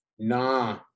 Nah